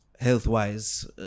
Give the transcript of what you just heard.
health-wise